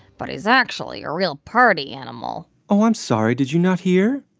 but he's actually a real party animal oh, i'm sorry. did you not hear?